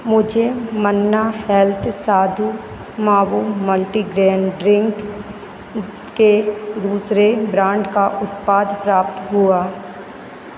मुझे Manna health sathu maavu multigrain drink के दूसरे ब्रांड का उत्पाद प्राप्त हुआ